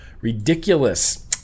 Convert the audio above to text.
Ridiculous